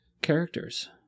characters